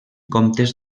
comptes